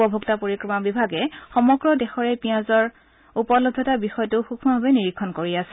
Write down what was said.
উপভোক্তা পৰিক্ৰমা বিভাগে সমগ্ৰ দেশৰে পিয়াজৰ উপলব্ধতা বিষয়টো সুক্মভাৱে নিৰীক্ষণ কৰি আছে